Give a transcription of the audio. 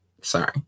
sorry